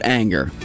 anger